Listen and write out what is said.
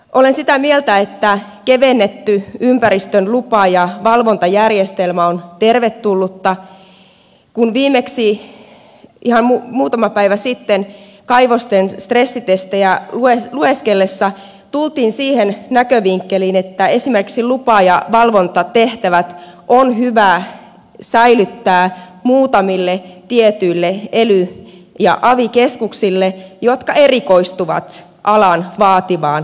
olen sitä mieltä että kevennetty ympäristölupa ja valvontajärjestelmä on tervetullutta kun viimeksi ihan muutama päivä sitten kaivosten stressitestejä lueskellessa tultiin siihen näkövinkkeliin että esimerkiksi lupa ja valvontatehtävät on hyvä säilyttää muutamille tietyille ely ja avi keskuksille jotka erikoistuvat alan vaativaan arviointiin